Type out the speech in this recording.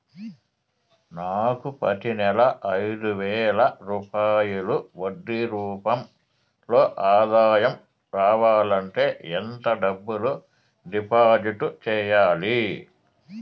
నాకు ప్రతి నెల ఐదు వేల రూపాయలు వడ్డీ రూపం లో ఆదాయం రావాలంటే ఎంత డబ్బులు డిపాజిట్లు సెయ్యాలి?